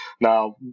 Now